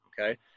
Okay